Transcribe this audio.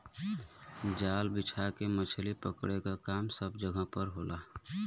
जाल बिछा के मछरी पकड़े क काम सब जगह पर होला